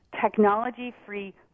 technology-free